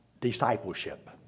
discipleship